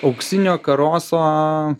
auksinio karoso